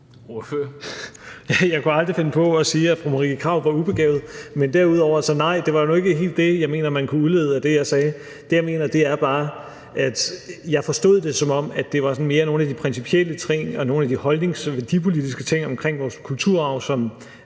Jeg kunne aldrig finde på at sige, at fru Marie Krarup var ubegavet. Så nej, det er nu ikke helt det, jeg mener at man kunne udlede af det, jeg sagde. Det, jeg mener, er bare, at jeg forstod det, som om det mere var nogle af de principielle ting, de holdningsmæssige og værdipolitiske ting omkring vores kulturarv, som